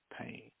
pain